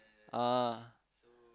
uh